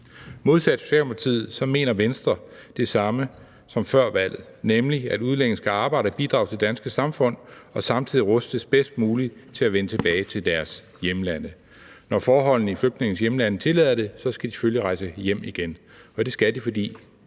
Modsat Socialdemokratiet mener Venstre det samme som før valget, nemlig at udlændinge skal arbejde og bidrage til det danske samfund og samtidig rustes bedst muligt til at vende tilbage til deres hjemlande. Når forholdene i flygtningenes hjemlande tillader det, skal de selvfølgelig rejse hjem igen, og det skal de, fordi